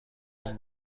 این